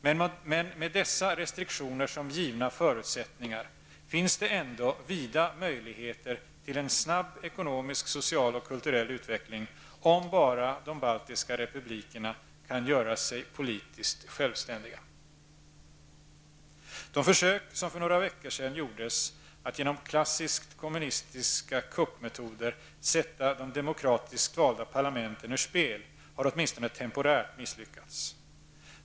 Men med dessa restriktioner som givna förutsättningar finns det ändå vida möjligheter till en snabb ekonomisk, social och kulturell utveckling om bara de baltiska republikerna kan göra sig politiskt självständiga. De försök som för några veckor sedan gjordes att genom klassiskt kommunistiska våldsmetoder sätta de demokratiskt valda parlamenten ur spel har åtminstone temporärt misslyckats.